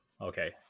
Okay